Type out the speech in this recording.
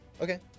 Okay